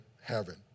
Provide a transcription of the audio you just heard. heaven